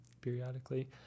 periodically